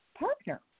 partner